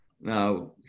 Now